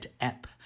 app